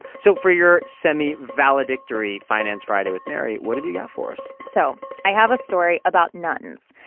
so for your semi-valedictory finance friday with mary, what have you got for us? so i have a story about nuns.